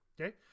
Okay